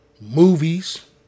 movies